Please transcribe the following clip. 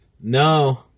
No